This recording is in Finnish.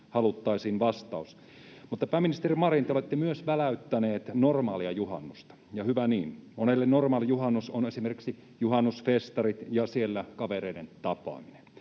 haluttaisiin vastaus. Mutta, pääministeri Marin, te olette myös väläyttänyt normaalia juhannusta — ja hyvä niin. Monelle normaali juhannus on esimerkiksi juhannusfestarit ja siellä kavereiden tapaaminen.